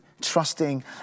trusting